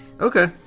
okay